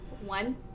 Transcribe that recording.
one